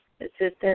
assistant